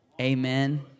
Amen